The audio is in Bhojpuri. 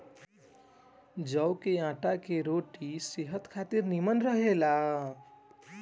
जव के आटा के रोटी सेहत खातिर निमन रहेला